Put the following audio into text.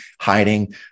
hiding